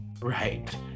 right